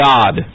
God